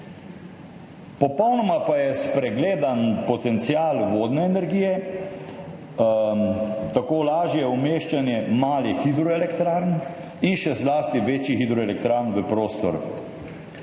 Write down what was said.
Popolnoma pa je spregledan potencial vodne energije, tako tudi lažje umeščanje malih hidroelektrarn, še zlasti pa večjih hidroelektrarn v prostor.